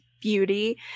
beauty